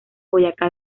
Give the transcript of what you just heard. boyacá